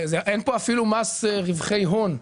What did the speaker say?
אין פה אפילו מס רווחי הון.